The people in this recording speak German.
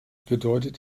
bedeutet